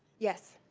yes.